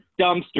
dumpster